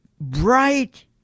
bright